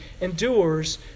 endures